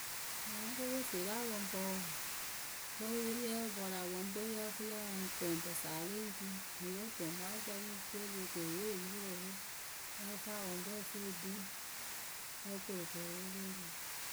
Mɨ poposii la apʊŋpǝ wǝǝ vǝ́ yɨ la pɔrʊ apɔŋpǝ we yǝ́ǝ fɨ lǝ ŋ toŋ pɔsaa le ŋ ri mɨŋ yɨ otoŋ mɔɔrʊkpǝ yɨ ŋ fɨ le ri ke yee oyupǝ oo ǝ fɨ apɔŋpǝ we ǝ fɨ e kpii. O koru keeriwe le eri.